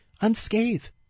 unscathed